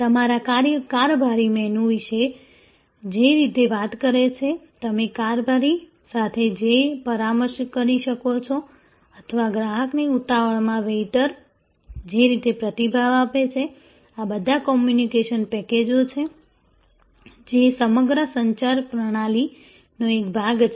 તમારા કારભારી મેનુ વિશે જે રીતે વાત કરે છે તમે કારભારી સાથે જે પરામર્શ કરી શકો છો અથવા ગ્રાહકને ઉતાવળમાં વેઈટર જે રીતે પ્રતિભાવ આપે છે આ બધા કોમ્યુનિકેશન પેકેજો છે જે સમગ્ર સંચાર પ્રણાલીનો એક ભાગ છે